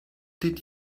did